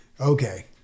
okay